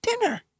dinner